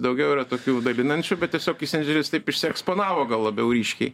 daugiau yra tokių dalinančių bet tiesiog kisindžeris taip išsieksponavo gal labiau ryškiai